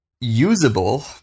Usable